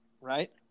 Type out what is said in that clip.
Right